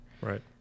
Right